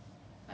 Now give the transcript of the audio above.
really